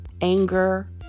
anger